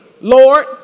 Lord